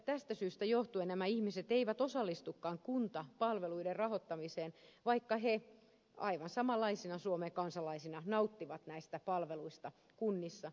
tästä syystä nämä ihmiset eivät osallistukaan kuntapalveluiden rahoittamiseen vaikka he aivan samanlaisina suomen kansalaisina nauttivat näistä palveluista kunnissa